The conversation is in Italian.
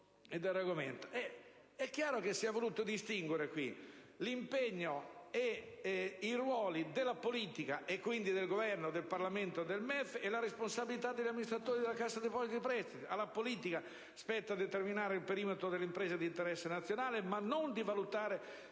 È chiaro che si è voluto distinguere l'impegno e i ruoli della politica, e quindi del Governo, del Parlamento e del MEF, e la responsabilità degli amministratori della Cassa depositi e prestiti. Alla politica spetta determinare il perimetro delle imprese di interesse nazionale, ma non valutare